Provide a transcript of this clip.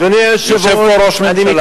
יושב פה ראש ממשלה,